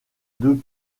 deux